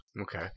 Okay